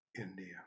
India